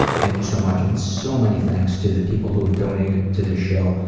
thank you so much. and so many thanks to the people who've donated to this show,